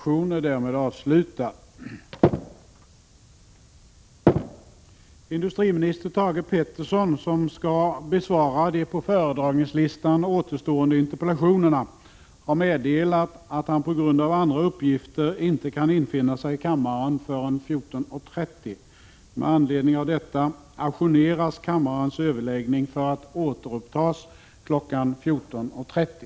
Industriminister Thage Peterson, som skall besvara de på föredragningslistan återstående interpellationerna, har meddelat att han på grund av andra uppgifter inte kan infinna sig i kammaren förrän kl. 14.30. Med anledning härav hemställer jag att förhandlingarna ajourneras för att återupptas kl. 14.30.